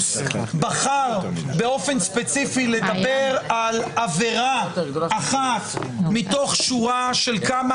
פינדרוס בחר באופן ספציפי לדבר על עבירה אחת מתוך שורה של כמה